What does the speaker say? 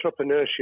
entrepreneurship